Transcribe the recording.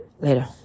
Later